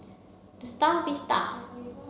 the Star Vista